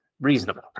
reasonable